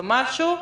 במשהו,